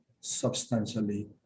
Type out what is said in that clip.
substantially